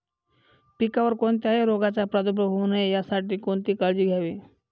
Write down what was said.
पिकावर कोणत्याही रोगाचा प्रादुर्भाव होऊ नये यासाठी कोणती काळजी घ्यावी?